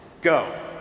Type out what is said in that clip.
Go